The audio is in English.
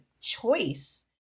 choice